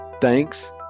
Thanks